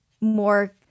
more